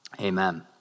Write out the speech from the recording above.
Amen